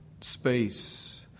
space